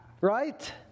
Right